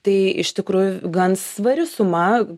tai iš tikrųjų gan svari suma